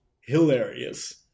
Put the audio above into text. hilarious